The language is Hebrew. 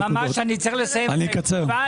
ב-2019,